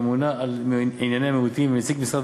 לממונה על ענייני מיעוטים ולנציג משרד